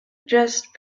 just